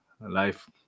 life